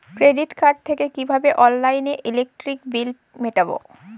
Credit card থেকে কিভাবে অনলাইনে ইলেকট্রিক বিল মেটাবো?